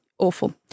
Awful